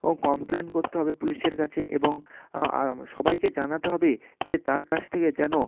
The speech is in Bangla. ও কমপ্ল্যান করতে হবে পুলিশের কাছে এবং সবাইকে জানাতে হবে যে তার কাছ থেকে যেন